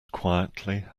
quietly